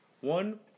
One